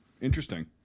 interesting